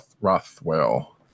Rothwell